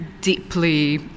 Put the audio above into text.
deeply